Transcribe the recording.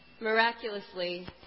miraculously